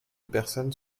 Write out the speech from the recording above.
personnes